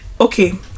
okay